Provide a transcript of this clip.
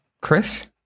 Chris